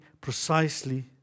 precisely